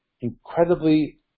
incredibly